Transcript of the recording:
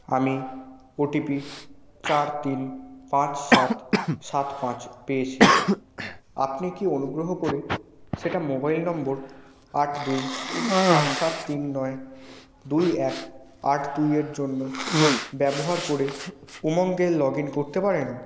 আমি ওটিপি চার তিন পাঁচ সাত সাত পাঁচ পেয়েছি আপনি কি অনুগ্রহ করে সেটা মোবাইল নম্বর আট দুই সাত সাত তিন নয় দুই এক আট দুই এর জন্য ব্যবহার করে উমঙ্গ এ লগ ইন করতে পারেন